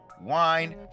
wine